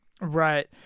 Right